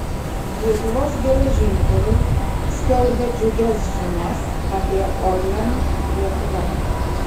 lietuvos geležinkeliai skelbia džiugias žinias apie orlen lietuva